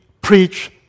preach